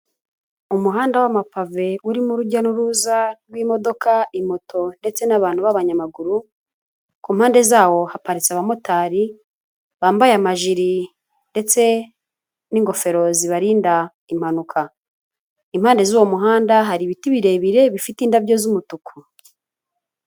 Umuhanda w'amapave urimo urujya n'uruza rw'imodoka, imoto ndetse n'abantu b'abanyamaguru, ku mpande zawo haparitse abamotari bambaye amajiri ndetse n'ingofero zibarinda impanuka, impande z'uwo muhanda hari ibiti birebire bifite indabyo z'umutuku.